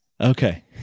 Okay